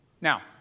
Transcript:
Now